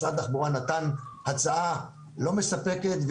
משרד התחבורה נתן הצעה לא מספקת,